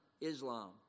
Islam